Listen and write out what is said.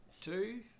two